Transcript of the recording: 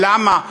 למה?